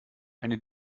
eine